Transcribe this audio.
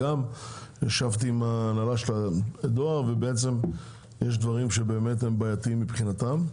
ישבתי עם הנהלת הדואר ויש דברים שהם בעייתיים מבחינתם.